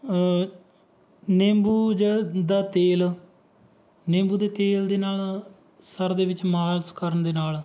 ਨਿੰਬੂ ਜਿਹੜੇ ਦਾ ਤੇਲ ਨਿੰਬੂ ਦੇ ਤੇਲ ਦੇ ਨਾਲ ਸਿਰ ਦੇ ਵਿੱਚ ਮਾਲਸ਼ ਕਰਨ ਦੇ ਨਾਲ